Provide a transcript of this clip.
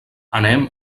anem